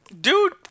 dude